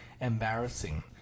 embarrassing